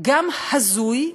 גם הזוי,